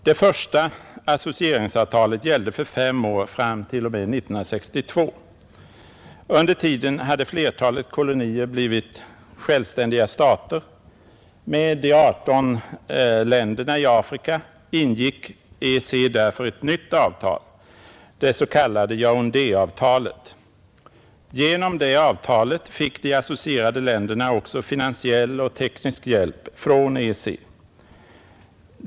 Det första associeringsavtalet gällde för fem år fram t.o.m. 1962. Under tiden hade flertalet kolonier blivit självständiga stater. Med de 18 länderna i Afrika ingick EEC därför ett nytt avtal, det s.k. Yaoundé avtalet. Genom det avtalet fick de associerade länderna också finansiell och teknisk hjälp från EEC.